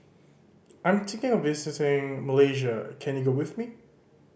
I'm thinking of visiting Malaysia can you go with me